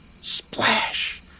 Splash